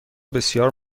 بسیار